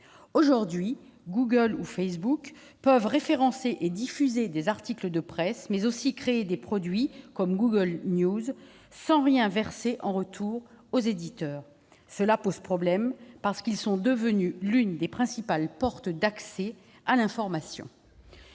Aujourd'hui, Google ou Facebook peuvent référencer et diffuser des articles de presse, mais aussi créer des produits, comme Google News, sans rien verser en retour aux éditeurs. Cela pose problème, parce que ces produits sont devenus l'une des principales portes d'accès à l'information